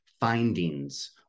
findings